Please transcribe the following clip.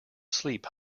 sleep